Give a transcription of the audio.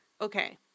Okay